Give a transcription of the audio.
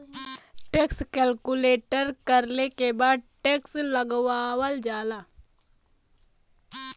tax calculate करले के बाद टैक्स लगावल जाला